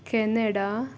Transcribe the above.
Canada